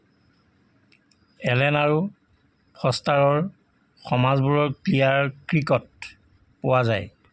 এলেন আৰু ফষ্টাৰৰ সমাজবোৰ ক্লিয়াৰ ক্ৰীকত পোৱা যায়